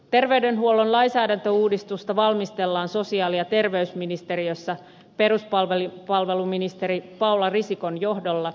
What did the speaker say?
terveydenhuollon lainsäädäntöuudistusta valmistellaan sosiaali ja terveysministeriössä peruspalveluministeri paula risikon johdolla